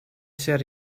said